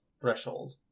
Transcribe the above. threshold